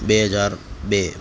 બે હજાર બે